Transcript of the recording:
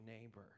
neighbor